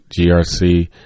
GRC